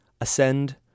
ascend